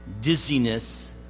dizziness